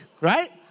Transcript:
right